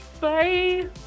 Bye